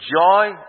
joy